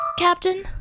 captain